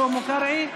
שלמה קרעי,